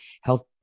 health